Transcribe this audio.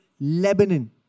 Lebanon